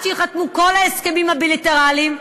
עד שייחתמו כל ההסכמים הבילטרליים,